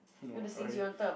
no Ferrari